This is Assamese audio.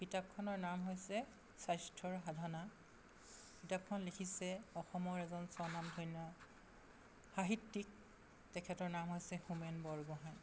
কিতাপখনৰ নাম হৈছে স্বাস্থ্যৰ সাধনা কিতাপখন লিখিছে অসমৰ এজন স্বনামধন্য সাহিত্যিক তেখেতৰ নাম হৈছে হোমেন বৰগোহাঁই